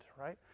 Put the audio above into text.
right